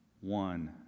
one